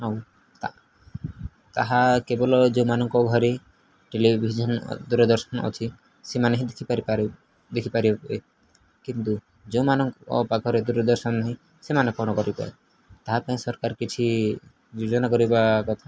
ଆଉ ତାହା କେବଳ ଯୋଉଁମାନଙ୍କ ଘରେ ଟେଲିଭିଜନ ଦୂରଦର୍ଶନ ଅଛି ସେମାନେ ହିଁ ଦେଖିପାରିବେ ଦେଖିପାରିବେ କିନ୍ତୁ ଯେଉଁମାନଙ୍କ ପାଖରେ ଦୂରଦର୍ଶନ ନାହିଁ ସେମାନେ କ'ଣ କରିବେ ତାହା ପାଇଁ ସରକାର କିଛି ଯୋଜନା କରିବା କଥା